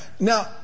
Now